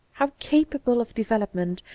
how capable of devel opment,